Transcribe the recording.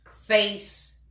face